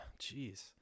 Jeez